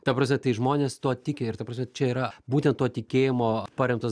ta prasme tai žmonės tuo tiki ir ta prasme čia yra būtent to tikėjimo paremtas